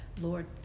Lord